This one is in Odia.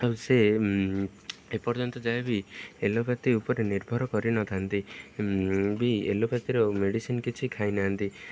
ଆଉ ସେ ଏପର୍ଯ୍ୟନ୍ତ ଯାଏବି ଏଲୋପାଥି ଉପରେ ନିର୍ଭର କରିନଥାନ୍ତି ବି ଏଲୋପାଥିର ମେଡ଼ିସିନ୍ କିଛି ଖାଇ ନାହାନ୍ତି